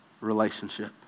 relationship